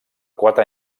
quatre